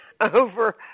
over